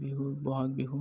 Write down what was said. Bihu Bohag Bihu